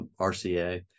RCA